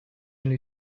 only